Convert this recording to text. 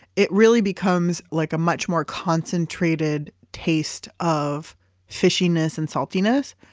it really becomes like a much more concentrated taste of fishiness and saltiness,